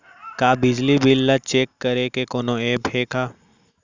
का बिजली बिल ल चेक करे के कोनो ऐप्प हे का?